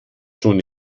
schon